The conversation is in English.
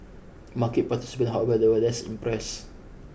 market participant however were less impressed